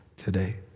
today